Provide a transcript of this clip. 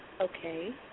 Okay